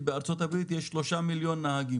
נאמר שבארצות-הברית יש 3 מיליון נהגים